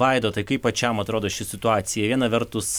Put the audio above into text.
vaidotai kaip pačiam atrodo ši situacija viena vertus